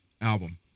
album